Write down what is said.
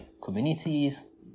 communities